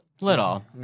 little